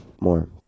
more